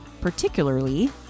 particularly